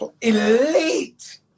elite